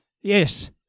Yes